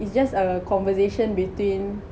it just a conversation between